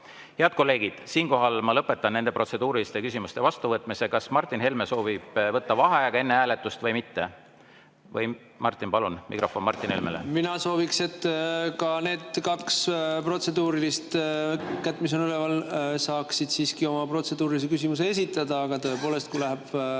Head kolleegid, siinkohal ma lõpetan nende protseduuriliste küsimuste vastuvõtmise. Kas Martin Helme soovib võtta vaheaja enne hääletust või mitte? Martin, palun! Mikrofon Martin Helmele. Mina sooviks, et ka need kaks protseduurilist kätt, mis on üleval, saaksid siiski oma protseduurilise küsimuse esitada, aga tõepoolest, kui läheb